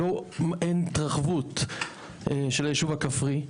אין התרחבות של היישוב הכפרי.